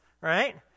right